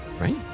right